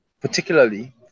particularly